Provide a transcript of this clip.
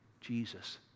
Jesus